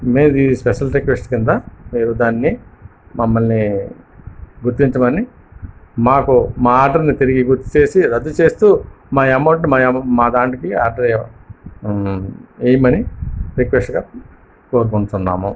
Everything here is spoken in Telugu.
మీది స్పెషల్ రిక్వెస్ట్ క్రింద మీరు దానిని మమ్మల్ని గుర్తించమని మాకు మా ఆర్డరుని తిరిగి గుర్తు చేసి రద్దు చేస్తూ మా అమౌంట్ని మా దానికి ఆర్డర్ వెయ వేయమని రిక్వెస్టుగా కోరుకుంటున్నాము